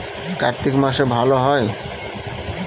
কার্তিক মাসে ভালো হয়?